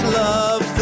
love